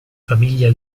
famiglia